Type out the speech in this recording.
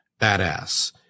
badass